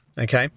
okay